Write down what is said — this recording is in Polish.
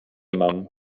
mam